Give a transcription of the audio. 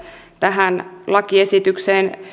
tähän lakiesitykseen